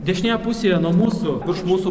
dešinėje pusėje nuo mūsų virš mūsų